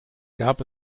gab